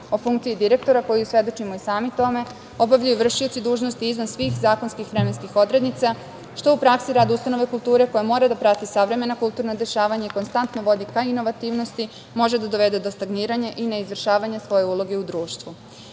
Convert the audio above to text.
o funkciji direktora, svedočimo i sami tome, obavljaju vršioci dužnosti iznad svih zakonskih vremenskih odrednica, što u praksi rade ustanove kulture koja mora da prati savremena kulturna dešavanja i konstantno vodi ka inovativnosti, može da dovede do stagniranja i neizvršavanja svoje uloge u društvu. Zakon